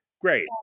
great